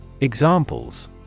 Examples